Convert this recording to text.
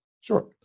Sure